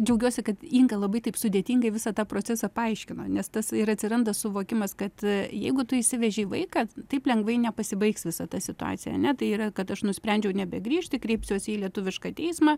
džiaugiuosi kad inga labai taip sudėtingai visą tą procesą paaiškino nes tas ir atsiranda suvokimas kad jeigu tu išsivežei vaiką taip lengvai nepasibaigs visa ta situaciją ane tai yra kad aš nusprendžiau nebegrįžti kreipsiuos į lietuvišką teismą